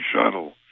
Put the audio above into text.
shuttle